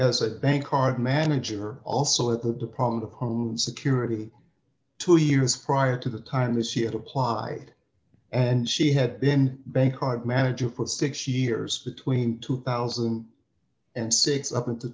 as a bank card manager also at the department of homeland security two years prior to the time that she had applied and she had been bankcard manager for six years between two thousand and six up into